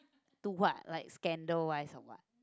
to what like scandal wise or what